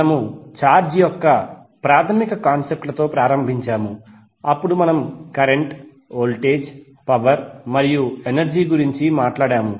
మనము ఛార్జ్ యొక్క ప్రాథమిక కాన్సెప్ట్ లతో ప్రారంభించాము అప్పుడు మనము కరెంట్ వోల్టేజ్ పవర్ మరియు ఎనర్జీ గురించి మాట్లాడాము